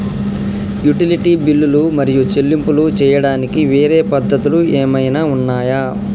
Utility బిల్లులు మరియు చెల్లింపులు చేయడానికి వేరే పద్ధతులు ఏమైనా ఉన్నాయా?